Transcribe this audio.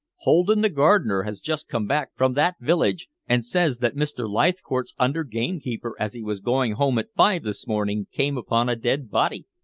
holden, the gardener, has just come back from that village and says that mr. leithcourt's under-gamekeeper as he was going home at five this morning came upon a dead body.